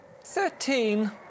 Thirteen